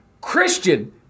Christian